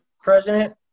president